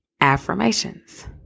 affirmations